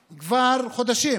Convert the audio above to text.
חודשים.